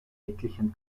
etlichen